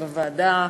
של הוועדה.